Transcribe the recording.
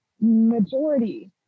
majority